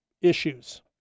issues